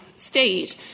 state